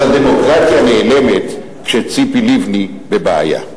אז הדמוקרטיה נעלמת כשציפי לבני בבעיה.